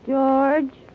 George